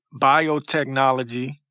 biotechnology